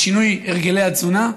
בשינוי הרגלי התזונה.